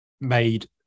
made